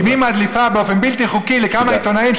אם היא מדליפה באופן בלתי חוקי לכמה עיתונאים,